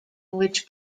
which